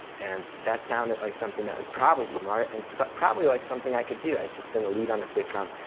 and that sounded like something that was probably smart, and probably like something i could do, i'd just been a lead on a sitcom.